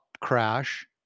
crash